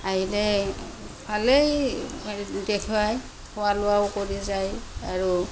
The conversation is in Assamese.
আহিলে ভালেই দেখুৱাই খোৱা লোৱাও কৰি যায় আৰু